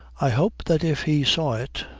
i hope that if he saw it,